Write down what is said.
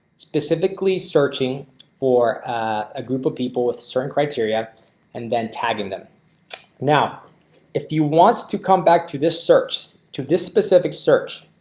specifically searching for a group of people with certain criteria and then tagging them now if you want to come back to this search to this specific search,